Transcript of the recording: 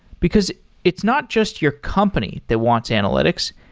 because it's not just your company that wants analytics.